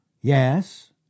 Yes